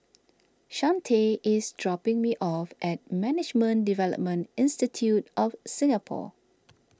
Chante is dropping me off at Management Development Institute of Singapore